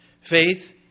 Faith